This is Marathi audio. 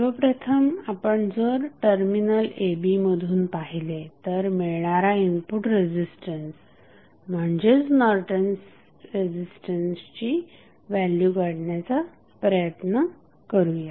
सर्वप्रथम आपण जर टर्मिनल a b मधून पाहिले तर मिळणारा इनपुट रेझिस्टन्स म्हणजेच नॉर्टन्स रेझिस्टन्सची व्हॅल्यू काढण्याचा प्रयत्न करुया